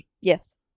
yes